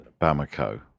Bamako